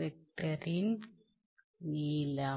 வெக்டரின் நீளம்